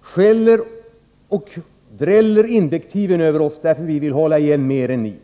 skäller ni och dräller invektiv över oss därför att vi vill hålla igen mer än ni.